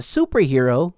Superhero